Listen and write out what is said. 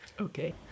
Okay